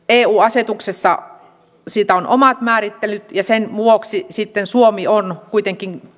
eu asetuksessa on omat määrittelyt ja sen vuoksi sitten suomi on kuitenkin